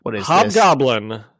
Hobgoblin